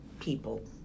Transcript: people